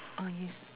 orh yes